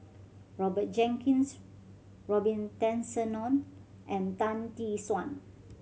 Roger Jenkins Robin Tessensohn and Tan Tee Suan